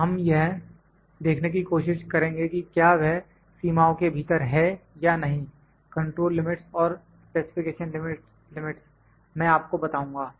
हम यह देखने की कोशिश करेंगे कि क्या वह सीमाओं के भीतर है या नहीं कंट्रोल लिमिटस् और स्पेसिफिकेशन लिमिटस् मैं आपको बताऊंगा